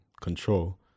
control